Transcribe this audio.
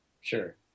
Sure